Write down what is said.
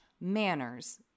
manners